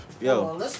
Yo